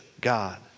God